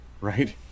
Right